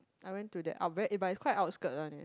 I went to the it but is quite outskirt one eh